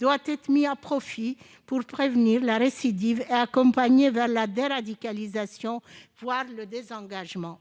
doit être mis à profit pour prévenir la récidive et accompagner vers la déradicalisation, voire le désengagement.